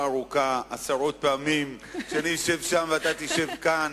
ארוכה עשרות פעמים כשאני אשב שם ואתה תשב כאן.